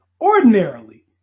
ordinarily